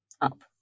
up